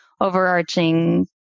overarching